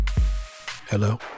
Hello